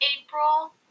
April